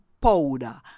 powder